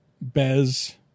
Bez